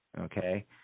okay